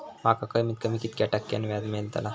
माका कमीत कमी कितक्या टक्क्यान व्याज मेलतला?